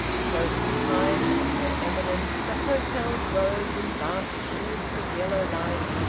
close behind, on their eminence, the hotels rose in vast cubes of yellow light,